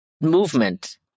movement